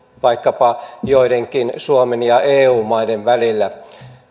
vaikkapa suomen ja joidenkin eu maiden välillä